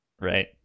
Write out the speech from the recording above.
Right